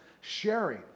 sharing